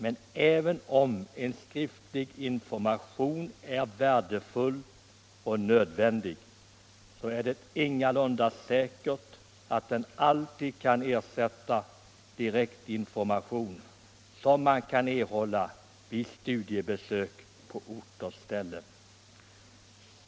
Men även om en skriftlig information är värdefull och nödvändig, är det ingalunda säkert att den alltid kan ersätta sådan direktinformation som man kan erhålla vid studiebesök på ort och ställe.